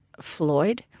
Floyd